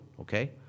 okay